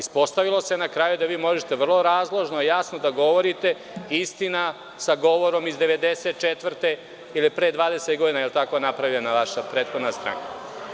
Ispostavilo se na kraju da možemo vrlo razložno, jasno da govorite, istine sa govorom iz 1994. godine, jer je pre 20 godina napravljena vaša prethodna stranka.